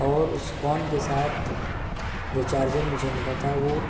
اور اس فون کے ساتھ جو چارجر مجھے ملا تھا وہ